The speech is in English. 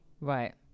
Right